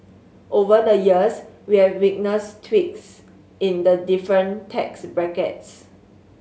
over the years we have witnessed tweaks in the different tax brackets